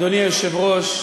אדוני היושב-ראש,